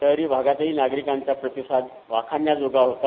शहरी भागातही नागरिकांचा प्रतिसाद वाखान्याजोगा होता